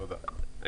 תודה.